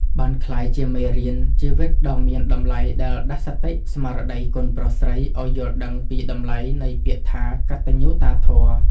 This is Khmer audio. បានក្លាយជាមេរៀនជីវិតដ៏មានតម្លៃដែលដាស់សតិស្មារតីកូនប្រុសស្រីឱ្យយល់ដឹងពីតម្លៃនៃពាក្យថា «កតញ្ញូតាធម៌»។